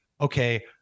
okay